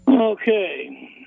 Okay